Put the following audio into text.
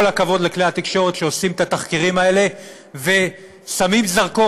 כל הכבוד לכלי התקשורת שעושים את התחקירים האלה ושמים זרקור